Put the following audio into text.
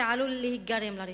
שעלול להיגרם לרכוש.